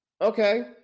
okay